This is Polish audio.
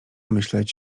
myśleć